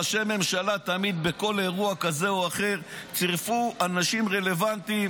תמיד ראשי ממשלה בכל אירוע כזה או אחר צירפו אנשים רלוונטיים